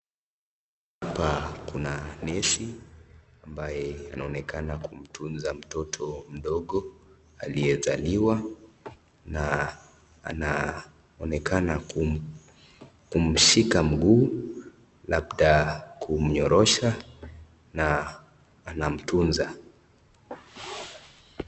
Hapa Kuna nesi ambaye anaonekana kumtunza mtoto mdogo aliyezaliwa na anaonekana kumshika mguu labda kumnyorosha na anamtunza.